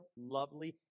lovely